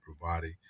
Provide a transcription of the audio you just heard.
providing